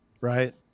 right